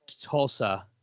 Tulsa